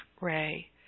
ray